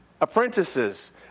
Apprentices